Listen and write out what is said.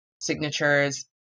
signatures